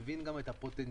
מבין גם את הפוטנציאל